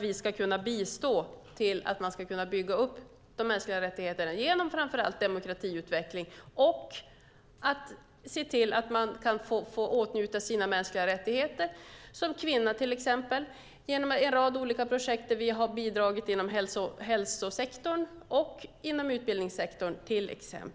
Vi ska bistå så att människor ska kunna bygga upp de mänskliga rättigheterna genom framför allt demokratiutveckling och se till att de kan få åtnjuta sina mänskliga rättigheter, till exempel som kvinna. Vi har genom en rad olika projekt bidragit inom hälsosektorn och inom utbildningssektorn.